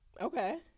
Okay